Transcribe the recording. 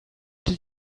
did